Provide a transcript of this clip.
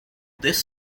this